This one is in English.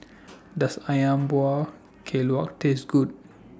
Does Ayam Buah Keluak Taste Good